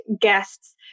guest's